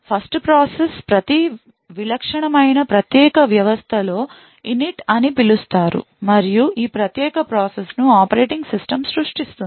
1st process ప్రతి విలక్షణమైన ప్రత్యేక వ్యవస్థలో Init అని పిలుస్తారు మరియు ఈ ప్రత్యేక ప్రాసెస్ను ఆపరేటింగ్ సిస్టమ్ సృష్టించింది